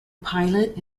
pilot